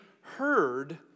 heard